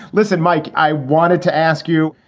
listen, mike, i wanted to ask you,